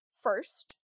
first